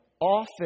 often